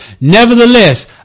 Nevertheless